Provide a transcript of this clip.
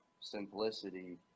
simplicity